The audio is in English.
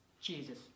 Jesus